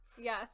Yes